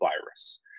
virus